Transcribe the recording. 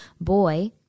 boy